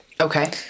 Okay